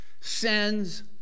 sends